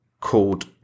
called